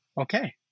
Okay